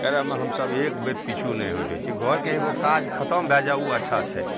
करैमे हमसभ एकबेर पिछू नहि हटै छी घरके एगो काज खतम भए जाए ओ अच्छा छै